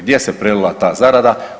Gdje se prelila ta zarada?